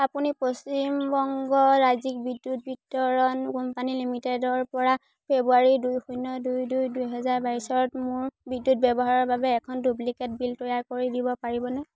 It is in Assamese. আপুনি পশ্চিম বংগ ৰাজ্যিক বিদ্যুৎ বিতৰণ কোম্পানী লিমিটেডৰপৰা ফেব্ৰুৱাৰী দুই শূন্য দুই দুই দুহেজাৰ বাইছত মোৰ বিদ্যুৎ ব্যৱহাৰৰ বাবে এখন ডুপ্লিকেট বিল তৈয়াৰ কৰি দিব পাৰিবনে